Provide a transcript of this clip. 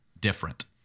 different